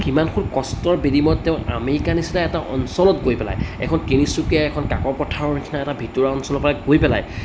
সিমানখন কষ্টৰ বিনিময়ত তেওঁ আমেৰিকা নিচিনা এটা অঞ্চলত গৈ পেলাই এখন তিনিচুকীয়াৰ এখন কাকপথাৰৰ নিচিনা এটা ভিতৰুৱা অঞ্চলৰ পৰা গৈ পেলাই